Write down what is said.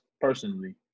personally